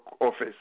office